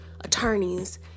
attorneys